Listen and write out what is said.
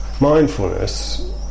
mindfulness